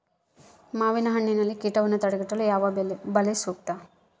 ಮಾವಿನಹಣ್ಣಿನಲ್ಲಿ ಕೇಟವನ್ನು ತಡೆಗಟ್ಟಲು ಯಾವ ಬಲೆ ಸೂಕ್ತ?